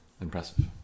impressive